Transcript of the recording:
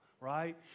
right